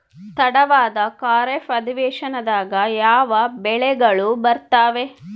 ತಡವಾದ ಖಾರೇಫ್ ಅಧಿವೇಶನದಾಗ ಯಾವ ಬೆಳೆಗಳು ಬರ್ತಾವೆ?